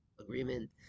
agreement